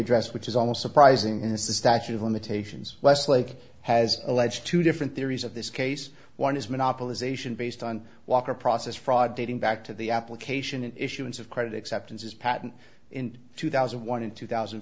addressed which is almost surprising as the statute of limitations westlake has alleged two different theories of this case one is monopolization based on walker process fraud dating back to the application issuance of credit acceptances patent in two thousand and one in two thousand